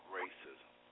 racism